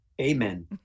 Amen